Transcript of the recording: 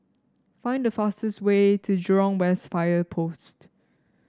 find the fastest way to Jurong West Fire Post